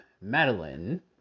madeline